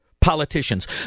politicians